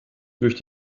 durch